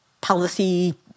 policy